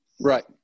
right